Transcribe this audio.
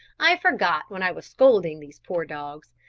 i forgot when i was scolding these poor dogs,